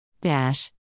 Dash